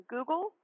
Google